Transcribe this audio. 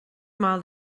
maith